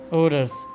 orders